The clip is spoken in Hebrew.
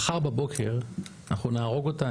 מחר בבוקר אנחנו נהרוג אותה,